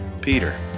Peter